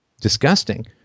disgusting